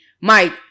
Mike